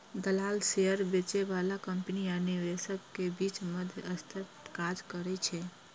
दलाल शेयर बेचय बला कंपनी आ निवेशक के बीच मध्यस्थक काज करै छै